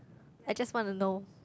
I just wanna know